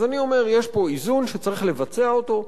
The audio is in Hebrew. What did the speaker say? אז אני אומר: יש פה איזון שצריך לבצע אותו.